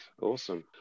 Awesome